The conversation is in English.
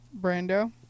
Brando